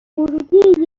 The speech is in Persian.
ورودی